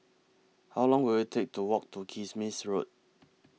How Long Will IT Take to Walk to Kismis Road